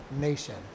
nation